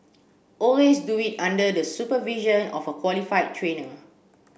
always do it under the supervision of a qualified trainer